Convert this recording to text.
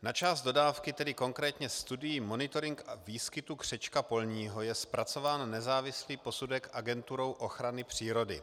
Na část dodávky, tedy konkrétně studii monitoring výskytu křečka polního, je zpracován nezávislý posudek Agenturou ochrany přírody.